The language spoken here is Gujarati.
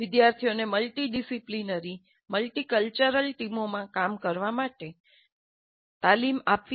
વિદ્યાર્થીઓને મલ્ટિ ડિસિપ્લિનરી મલ્ટી કલ્ચરલ ટીમોમાં કામ કરવા માટે તાલીમ આપવી આવશ્યક છે અન્ય પી